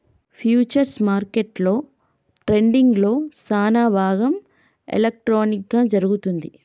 futures మార్కెట్లో ట్రేడింగ్లో సానాభాగం ఎలక్ట్రానిక్ గా జరుగుతుంది